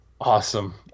Awesome